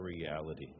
reality